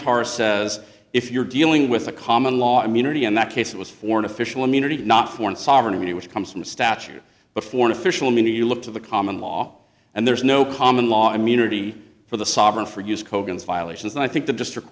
samatar says if you're dealing with a common law immunity in that case it was for an official immunity not foreign sovereign which comes from the statue but for an official meaning you look to the common law and there's no common law immunity for the sovereign for use kogan is violations and i think the district